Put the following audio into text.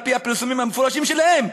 על-פי הפרסומים המפורשים שלהם,